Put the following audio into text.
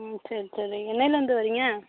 ம் சரி சரி என்னைலேருந்து வரிங்க